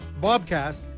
bobcast